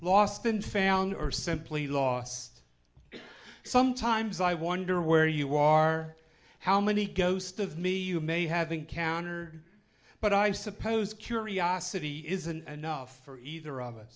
lost and found or simply lost sometimes i wonder where you are how many ghost of me you may have encountered but i suppose curiosity is and no for either of